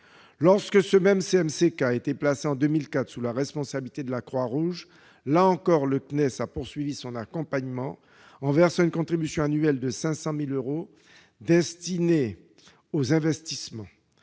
Lorsque ce même CMCK a été placé en 2004 sous la responsabilité de la Croix-Rouge, le CNES a poursuivi son accompagnement en versant une contribution annuelle de 500 000 euros destinée aux investissements.